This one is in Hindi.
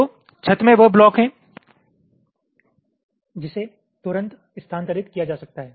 तो छत मे वो ब्लॉक है जिसे तुरंत स्थानांतरित किया जा सकता है